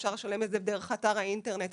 אפשר לשלם את זה דרך אתר האינטרנט,